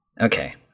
Okay